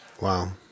Wow